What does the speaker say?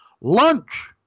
lunch